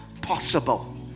possible